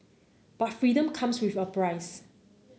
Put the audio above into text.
but freedom comes with a price